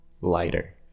lighter